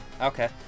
Okay